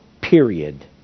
period